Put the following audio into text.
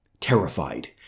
terrified